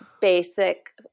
basic